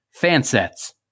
Fansets